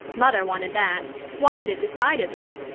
mother wanted that wanted it decidedly.